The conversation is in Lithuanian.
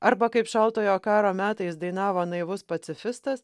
arba kaip šaltojo karo metais dainavo naivus pacifistas